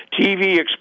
TV